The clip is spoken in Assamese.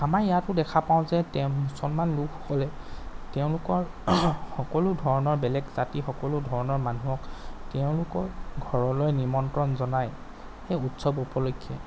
আমাৰ ইয়াতো দেখা পাওঁ যে মুছলমান লোকসকলে তেওঁলোকৰ সকলো ধৰণৰ বেলেগ জাতিৰ সকলো ধৰণৰ মানুহক তেওঁলোকৰ ঘৰলৈ নিমন্ত্ৰণ জনায় সেই উৎসৱ উপলক্ষ্যে